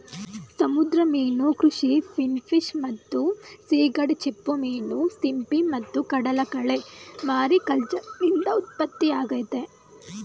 ಸಮುದ್ರ ಮೀನು ಕೃಷಿ ಫಿನ್ಫಿಶ್ ಮತ್ತು ಸೀಗಡಿ ಚಿಪ್ಪುಮೀನು ಸಿಂಪಿ ಮತ್ತು ಕಡಲಕಳೆ ಮಾರಿಕಲ್ಚರ್ನಿಂದ ಉತ್ಪತ್ತಿಯಾಗ್ತವೆ